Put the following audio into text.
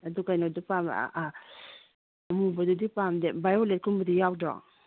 ꯑꯗꯨ ꯀꯩꯅꯣꯗꯨ ꯄꯥꯝꯕ ꯑꯃꯨꯕꯗꯨꯗꯤ ꯄꯥꯝꯗꯦ ꯚꯥꯏꯌꯣꯂꯦꯠꯀꯨꯝꯕꯗꯤ ꯌꯥꯎꯗ꯭ꯔꯣ